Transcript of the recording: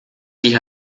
die